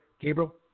Gabriel